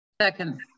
Second